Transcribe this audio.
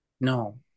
No